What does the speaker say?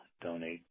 donate